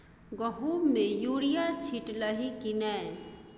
गहुम मे युरिया छीटलही की नै?